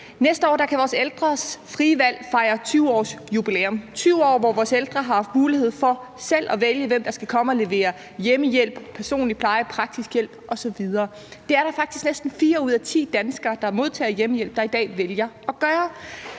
frie valg for vores ældre fejre 20 års jubilæum – 20 år, hvor vores ældre har haft mulighed for selv at vælge, hvem der skal komme og levere hjemmehjælp, personlig pleje, praktisk hjælp osv. Det vælger faktisk næsten fire ud af ti danskere, der modtager hjemmehjælp, i dag at gøre.